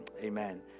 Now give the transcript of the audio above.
amen